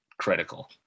critical